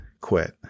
quit